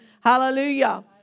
Hallelujah